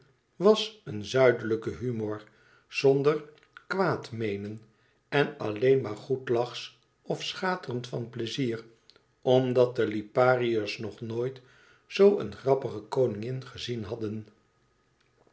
was een zuidelijke humor zonder kwaadmeenen en alleen maar goedlachs of schaterend van pleizier omdat de lipariërs nog nooit zoo een grappige koningin gezien hadden